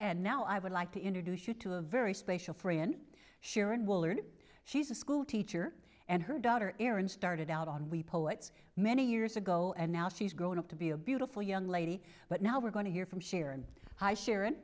and now i would like to introduce you to a very special friend sharon woolard she's a schoolteacher and her daughter erin started out on we poets many years ago and now she's grown up to be a beautiful young lady but now we're going to hear from sharon hi sharon